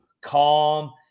calm